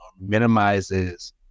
minimizes